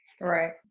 Right